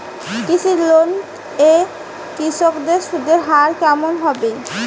কৃষি লোন এ কৃষকদের সুদের হার কেমন হবে?